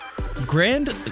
Grand